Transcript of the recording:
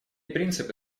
принципы